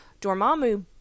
Dormammu